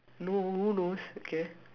no who knows okay